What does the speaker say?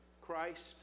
Christ